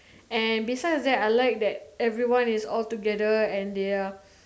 and besides that I like that everyone is all together and they are